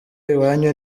iwanyu